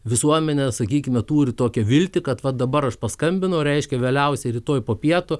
visuomenė sakykime turi tokią viltį kad va dabar aš paskambinau reiškia vėliausiai rytoj po pietų